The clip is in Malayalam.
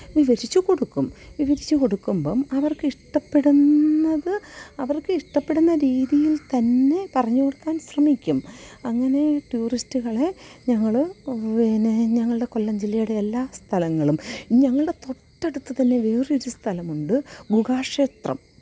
വിവരിച്ച് കൊടുക്കും വിവരിച്ച് കൊടുക്കുമ്പം അവര്ക്കിഷ്ടപ്പെടുന്നത് അവര്ക്ക് ഇഷ്ടപ്പെടുന്ന രീതിയില് തന്നെ പറഞ്ഞു കൊടുക്കാന് ശ്രമിക്കും അങ്ങനെ ടൂറിസ്റ്റുകളെ ഞങ്ങൾ പിന്നെ ഞങ്ങളുടെ കൊല്ലം ജില്ലയുടെ എല്ലാ സ്ഥലങ്ങളും ഞങ്ങളുടെ തൊട്ടടുത്ത് തന്നെ വേറൊരു സ്ഥലമുണ്ട് ഗുഹാക്ഷേത്രം